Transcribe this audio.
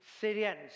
Syrians